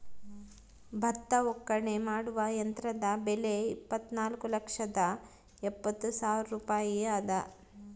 ಭತ್ತ ಒಕ್ಕಣೆ ಮಾಡುವ ಯಂತ್ರದ ಬೆಲೆ ಇಪ್ಪತ್ತುನಾಲ್ಕು ಲಕ್ಷದ ಎಪ್ಪತ್ತು ಸಾವಿರ ರೂಪಾಯಿ ಅದ